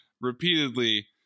repeatedly